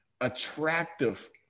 attractive